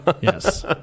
Yes